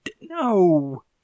no